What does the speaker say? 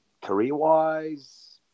career-wise